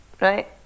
right